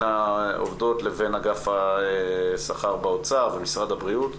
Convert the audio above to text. העובדות לבין אגף השכר באוצר ומשרד הבריאות.